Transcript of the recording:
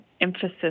emphasis